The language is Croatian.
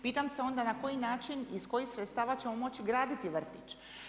Pitam se onda na koji način i iz kojih sredstava ćemo moći graditi vrtić.